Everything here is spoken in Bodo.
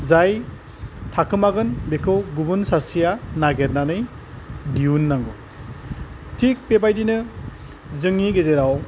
जाय थाखोमागोन बेखौ गुबुन सासेआ नागेरनानै दिहुननांगौ थिग बेबायदिनो जोंनि गेजेराव